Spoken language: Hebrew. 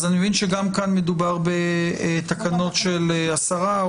אז אני מבין שגם כאן מדובר בתקנות של השרה,